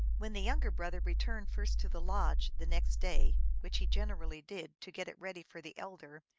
when the younger brother returned first to the lodge, the next day, which he generally did, to get it ready for the elder,